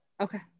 Okay